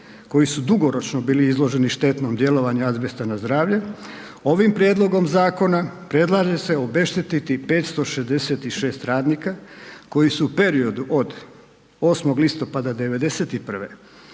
koji su dugoročno bili izloženi štetnom djelovanju azbesta na zdravlje, ovim prijedlogom zakona predlaže se obeštetiti 566 radnika koji su u periodu od 8. listopada 91.